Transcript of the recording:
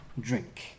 drink